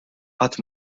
qatt